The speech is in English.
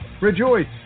Rejoice